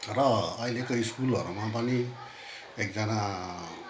र अहिलेको स्कुलहरूमा पनि एकजना